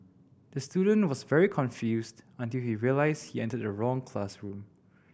the student was very confused until he realised he entered the wrong classroom